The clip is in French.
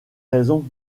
raison